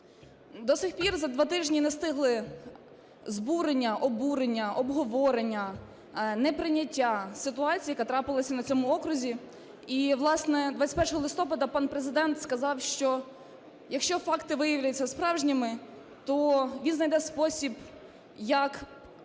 До сих пір за 2 тижні не встигли… збурення, обурення, обговорення, неприйняття ситуації, яка трапилась на цьому окрузі. І, власне, 21 листопада пан Президент сказав, що якщо факти виявляться справжніми, то він знайде спосіб, як